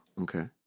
okay